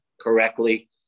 correctly